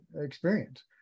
experience